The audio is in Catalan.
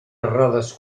errades